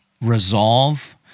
resolve